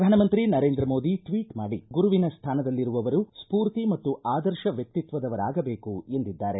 ಪ್ರಧಾನಮಂತ್ರಿ ನರೇಂದ್ರ ಮೋದಿ ಟ್ವೀಟ್ ಮಾಡಿ ಗುರುವಿನ ಸ್ಟಾನದಲ್ಲಿರುವವರು ಸ್ಪೂರ್ತಿ ಮತ್ತು ಆದರ್ಶ ವ್ಯಕ್ತಿತ್ವದವರಾಗಬೇಕು ಎಂದಿದ್ದಾರೆ